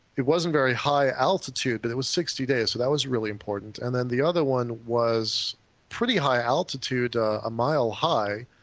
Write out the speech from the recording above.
it wasn't very high altitude but it was sixty days, so that was really important, and then the other one was pretty high altitude, a mile high,